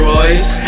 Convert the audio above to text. Royce